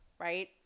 right